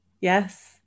Yes